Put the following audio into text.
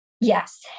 Yes